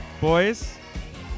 Boys